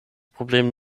problem